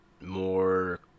more